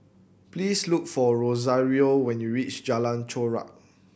please look for Rosario when you reach Jalan Chorak